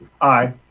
Aye